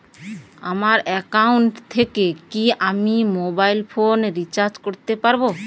আমার একাউন্ট থেকে কি আমি মোবাইল ফোন রিসার্চ করতে পারবো?